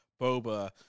Boba